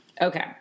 Okay